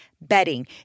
bedding